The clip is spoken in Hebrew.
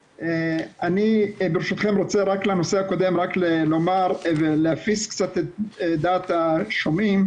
אני ברשותכם רוצה לומר משהו לנושא הקודם כדי להפיס קצת את דעת השומעים,